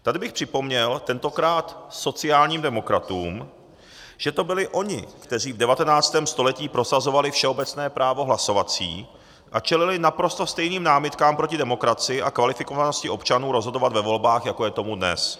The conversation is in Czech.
Tady bych připomněl tentokrát sociálním demokratům, že to byli oni, kteří v 19. století prosazovali všeobecné právo hlasovací a čelili naprosto stejným námitkám proti demokracii a kvalifikovanosti občanů rozhodovat ve volbách, jako je tomu dnes.